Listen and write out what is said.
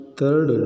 third